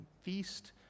feast